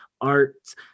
Arts